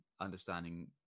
Understanding